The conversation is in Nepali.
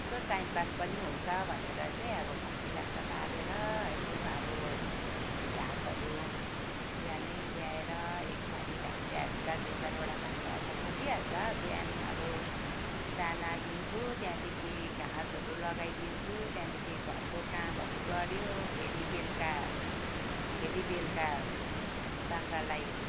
यसो ट्याम पास पनि हुन्छ भनेर चाहिँ अब खसी बाख्रा पालेर यसो अब घाँसहरू बिहानै ल्याएर एक भारी घाँस ल्याए पछि त दुई चारवटा बाख्रालाई त पुगिहाल्छ बिहान अब दाना दिन्छु त्यहाँदेखि घाँसहरू लगाइदिन्छु त्यहाँदेखि घरको कामहरू गऱ्यो फेरि बेल्का फेरि बेलुका बाख्रालाई